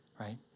right